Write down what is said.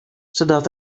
sadat